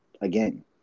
again